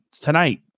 tonight